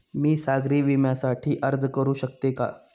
मी सागरी विम्यासाठी अर्ज करू शकते का?